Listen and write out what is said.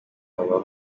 baba